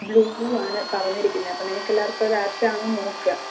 blue ആണ് പറഞ്ഞിരിക്കുന്നത് അപ്പം നിങ്ങൾക്ക് എല്ലാവർക്കും അത് ആപ്റ്റ് ആണോ എന്ന് നോക്കുക